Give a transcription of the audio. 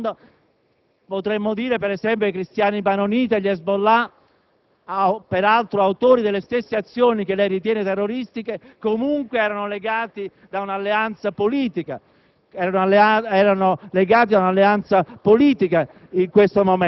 parlare seriamente, perché tutti conosciamo i problemi di quella parte del mondo, potremmo dire, per esempio, che i cristiani maroniti e gli Hezbollah, peraltro autori delle stesse azioni che lei ritiene terroristiche, comunque erano legati da un'alleanza politica